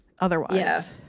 Otherwise